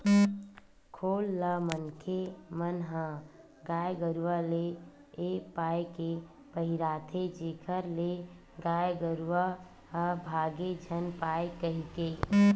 खोल ल मनखे मन ह गाय गरुवा ले ए पाय के पहिराथे जेखर ले गाय गरुवा ह भांगे झन पाय कहिके